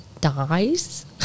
dies